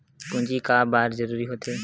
पूंजी का बार जरूरी हो थे?